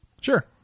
Sure